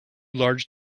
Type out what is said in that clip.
large